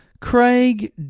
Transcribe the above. Craig